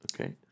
Okay